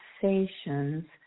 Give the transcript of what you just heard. sensations